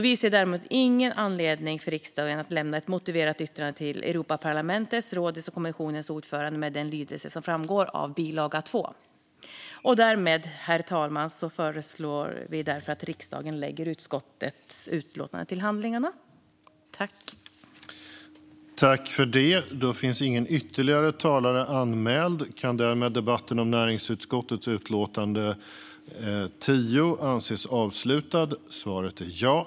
Vi ser därmed ingen anledning för riksdagen att lämna ett motiverat yttrande till Europaparlamentets, rådets och kommissionens ordförande med den lydelse som framgår av bilaga 2. Herr talman! Vi föreslår därför att riksdagen lägger utskottets utlåtande till handlingarna.